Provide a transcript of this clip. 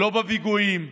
לא בפיגועים,